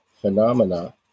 phenomena